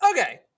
okay